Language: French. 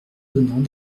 donnant